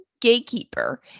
Gatekeeper